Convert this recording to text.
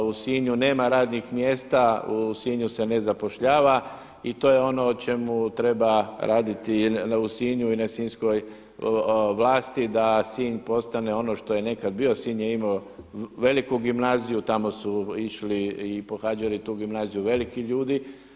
U Sinju nema radnih mjesta, u Sinju se ne zapošljava i to je ono o čemu treba raditi u Sinju i na Sinjskoj vlasti da Sinj postane ono što je nekada bio, Sinj je imao veliku gimnaziju, tamo su išli i pohađali tu gimnaziju veliki ljudi.